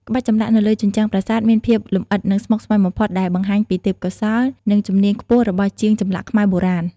ក្បាច់ចម្លាក់នៅលើជញ្ជាំងប្រាសាទមានភាពលម្អិត និងស្មុគស្មាញបំផុត ដែលបង្ហាញពីទេពកោសល្យ និងជំនាញខ្ពស់របស់ជាងចម្លាក់ខ្មែរបុរាណ។